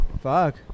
Fuck